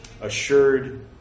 assured